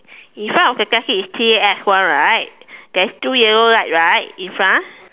in front of the taxi is T A X one right there is two yellow light right in front